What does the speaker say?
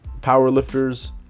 powerlifters